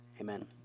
Amen